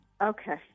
Okay